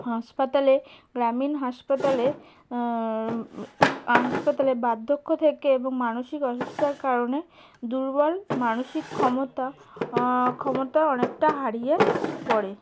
হাসপাতালে গ্রামীণ হাসপাতালে হাসপাতালে বার্ধক্য থেকে এবং মানসিক অসুস্থার কারণে দুর্বল মানসিক ক্ষমতা ক্ষমতা অনেকটা হারিয়ে পড়ে